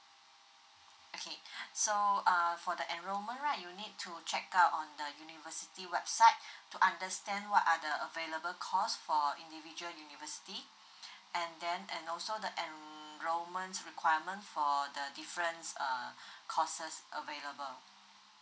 okay so uh for the enrollment right you need to check out on the university website to understand what are the available cost for individual university and then and also the enrollment's requirement for the difference uh courses available